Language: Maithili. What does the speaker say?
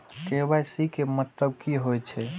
के.वाई.सी के मतलब कि होई छै?